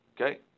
Okay